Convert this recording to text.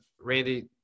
Randy